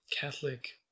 Catholic